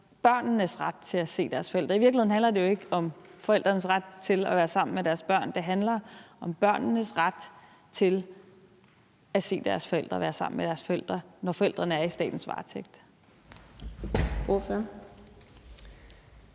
børnenes ret til at se deres forældre. Og i virkeligheden handler det jo ikke om forældrenes ret til at være sammen med deres børn, men det handler om børnenes ret til at se deres forældre og være sammen med deres forældre, når forældrene er i statens varetægt.